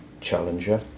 Challenger